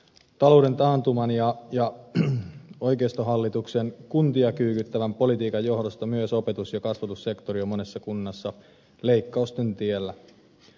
talouden taantuman ja oikeistohallituksen kuntia kyykyttävän politiikan johdosta myös opetus ja kasvatussektori on monessa kunnassa leikkausten tiellä